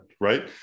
right